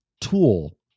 tool